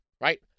right